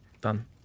done